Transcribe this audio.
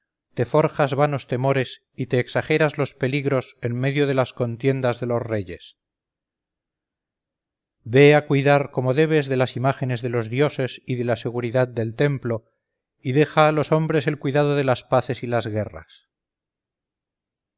te forjas vanos temores y te exageras los peligros en medio de las contiendas de los reyes ve a cuidar como debes de las imágenes de los dioses y de la seguridad del templo y deja a los hombres el cuidado de las paces y las guerras